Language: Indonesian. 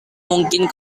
mungkin